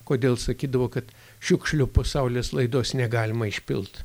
kodėl sakydavo kad šiukšlių po saulės laidos negalima išpilt